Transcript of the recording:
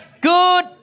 Good